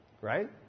right